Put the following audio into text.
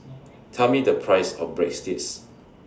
Tell Me The Price of Breadsticks